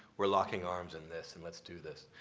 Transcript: we're locking arms in this and let's do this.